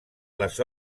les